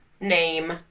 Name